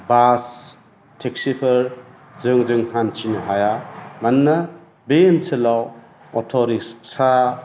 बास टेक्सिफोर जोंजों हान्थिनो हाया मानोना बे ओनसोलाव अट'रिक्सा